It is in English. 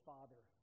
Father